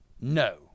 no